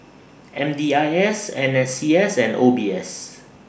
M D I S N S C S and O B S